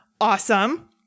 Awesome